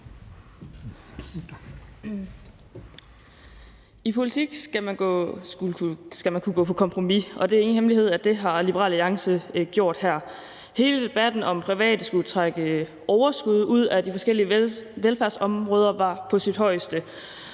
I politik skal man kunne gå på kompromis, og det er ingen hemmelighed, at det har Liberal Alliance gjort her. Hele debatten om, at private skulle trække overskud ud af de forskellige velfærdsområder, var på sit højeste,